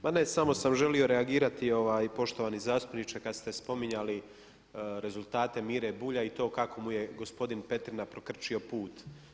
Ma ne samo sam želio reagirati poštovani zastupniče kada ste spominjali rezultate Mire Bulja i to kako mu je gospodin Petrina prokrčio put.